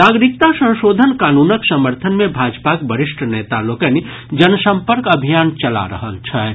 नागरिकता संशोधन कानूनक समर्थन मे भाजपाक वरिष्ठ नेता लोकनि जनसम्पर्क अभियान चला रहल छथि